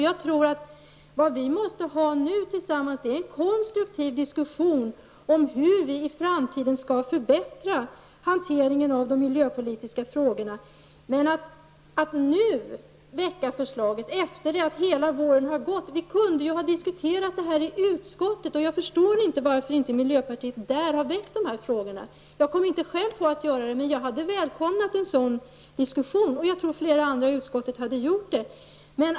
Jag tror att vi nu tillsammans måste föra en konstruktiv diskussion om hur vi i framtiden skall förbättra hanteringen av de miljöpolitiska frågorna. Men det är fel att nu väcka förslaget, efter det att hela våren har gått. Vi kunde ju ha diskuterat detta i utskottet, och jag förstår inte varför miljöpartiet inte där har väckt dessa frågor. Jag kom inte själv på att göra det, men jag hade välkomnat en sådan diskussion, och jag tror att också flera andra i utskottet hade gjort det.